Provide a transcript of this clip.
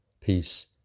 Peace